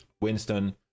Winston